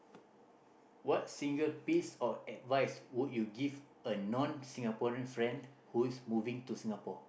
what single piece of advice would you give a non Singaporean friend who is moving to Singapore